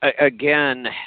again